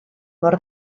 mor